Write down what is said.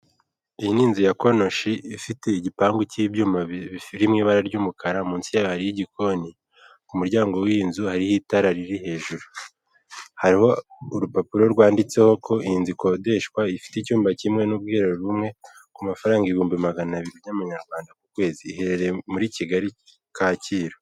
Iyi ni inzu ya konoshi, ifite igipangu cy'ibyumba biri mu ibara ry'umukara, munsi yayo hariho igikoni, ku muryango w'iyi nzu hariho itara riri hejuru, hariho urupapuro rwanditseho ko iyi inzu ikodeshwa ifite icyumba kimwe n'ubwiherero bumwe, ku mafaranga ibihumbi magana abiri by'amanyarwanda ku kwezi, iherereye muri Kigali Kacyiru.